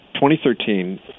2013